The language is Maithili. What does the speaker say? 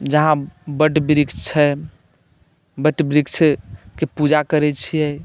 जहाँ वट वृक्ष छन्हि वट वृक्षके पूजा करैत छियै